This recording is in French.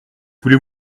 voulez